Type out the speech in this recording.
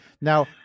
Now